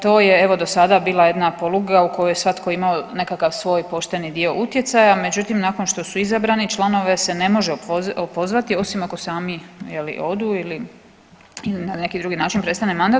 To je evo do sada bila jedna poluga u kojoj je svatko imamo nekakav svoj pošteni dio utjecaja međutim nakon što su izabrani članove se ne može opozvati osim ako sami je li odu ili im na neki drugi način prestane mandat.